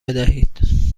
بدهید